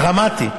דרמטי.